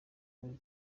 buri